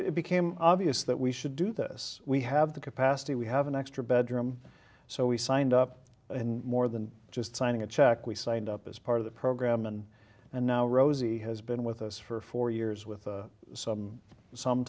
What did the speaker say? it became obvious that we should do this we have the capacity we have an extra bedroom so we signed up and more than just signing a check we signed up as part of the program and and now rosie has been with us for four years with some some